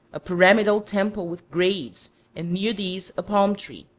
a pyramidal temple with grades, and near these a palm-tree.